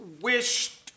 wished